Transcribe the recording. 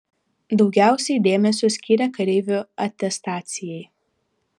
daugiausiai dėmesio skyrė kareivių atestacijai